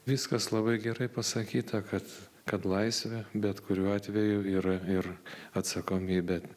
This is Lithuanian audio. viskas labai gerai pasakyta kad kad laisvė bet kuriuo atveju yra ir atsakomybė